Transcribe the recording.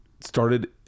started